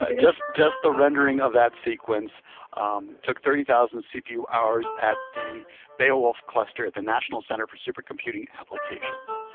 ah just just the rendering of that sequence took thirty thousand cpu hours at the beowulf cluster at the national center for supercomputing applications.